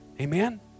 Amen